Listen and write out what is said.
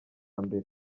mbere